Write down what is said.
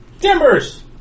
Timbers